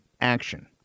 action